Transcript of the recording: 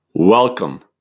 Welcome